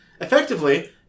effectively